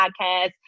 Podcast